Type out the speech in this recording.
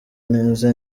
neza